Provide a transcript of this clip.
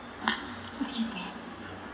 excuse me